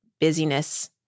busyness